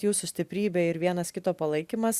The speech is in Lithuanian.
jūsų stiprybė ir vienas kito palaikymas